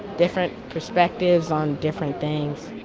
different perspectives on different things.